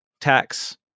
tax